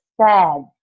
sad